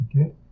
Okay